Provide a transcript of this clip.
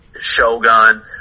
Shogun